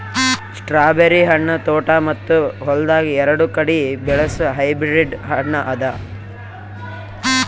strawberry ಹಣ್ಣ ತೋಟ ಮತ್ತ ಹೊಲ್ದಾಗ್ ಎರಡು ಕಡಿ ಬೆಳಸ್ ಹೈಬ್ರಿಡ್ ಹಣ್ಣ ಅದಾ